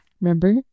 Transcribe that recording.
remember